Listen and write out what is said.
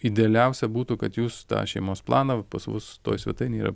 idealiausia būtų kad jūs tą šeimos planą pas mus toj svetainėj yra